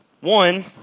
One